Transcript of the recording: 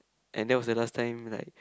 and that was the last time like